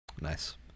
nice